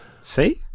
See